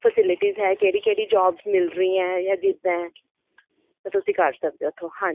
facilities ਹੈ ਕਿਹੜੀ ਕਿਹੜੀ ਜੋਬਸ ਮਿਲ ਰਹੀਆਂ ਜਾਂ ਜਿੱਦਾਂ ਤਾਂ ਤੁਸੀਂ ਕਰ ਸਕਦੇ ਹੋ ਇੱਥੋਂ ਹਾਂਜੀ